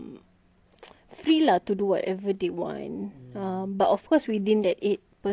free lah to do whatever they want but of course within that eight person limit